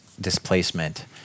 displacement